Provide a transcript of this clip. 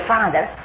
Father